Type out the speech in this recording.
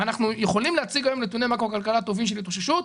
ואנחנו יכולים להציג היום נתוני מקרו כלכלה טובים של התאוששות,